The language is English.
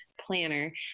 planner